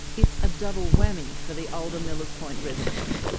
it's a double whammy for the older millers point residents.